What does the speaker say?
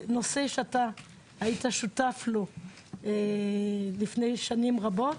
זה נושא שהיית שותף לו לפני שנים רבות.